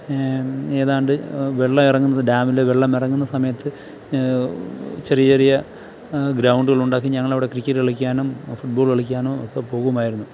ഏതാണ്ട് വെള്ളം ഇറങ്ങുന്നത് ഡാമിൽ വെള്ളം ഇറങ്ങുന്ന സമയത്ത് ചെറിയ ചെറിയ ഗ്രൗണ്ടുകൾ ഉണ്ടാക്കി ഞങ്ങൾ അവിടെ ക്രിക്കറ്റ് കളിക്കാനും ഫുട്ബോൾ കളിക്കാനും ഒക്കെ പോവുമായിരുന്നു